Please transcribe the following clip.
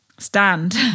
Stand